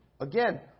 again